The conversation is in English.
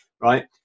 Right